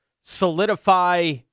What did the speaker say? solidify